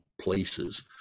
places